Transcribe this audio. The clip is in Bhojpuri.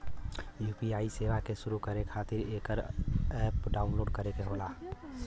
यू.पी.आई सेवा क शुरू करे खातिर एकर अप्प डाउनलोड करे क होला